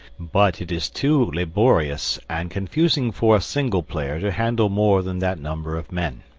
but it is too laborious and confusing for a single player to handle more than that number of men.